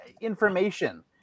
information